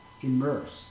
immersed